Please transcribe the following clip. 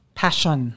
passion